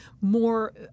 more